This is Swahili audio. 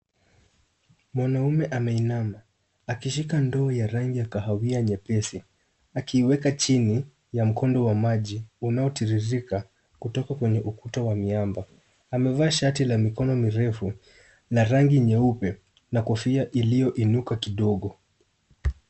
Mwanaume ameinama akishika ndoo ya rangi ya kahawia nyepesi akiweka chini ya mkondo wa maji unaotiririka kutoka kwenye ukuta wa miamba. Amevaa shati la mikono mirefu na rangi nyeupe na kofia iliyoinuka kidogo.